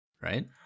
right